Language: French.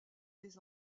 des